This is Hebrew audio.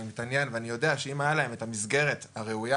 אני מתעניין ואני יודע שאם הייתה להם את המסגרת הראויה